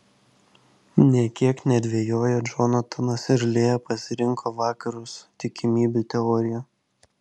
nė kiek nedvejoję džonatanas ir lėja pasirinko vakarus tikimybių teoriją